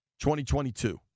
2022